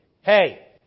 Hey